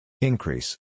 Increase